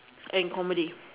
and comedy